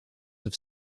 have